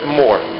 more